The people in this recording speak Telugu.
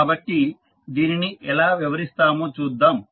కాబట్టి దీనిని ఎలా వివరిస్తామో చూద్దాం